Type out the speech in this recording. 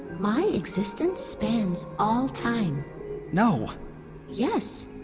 my existence spans all time no yes.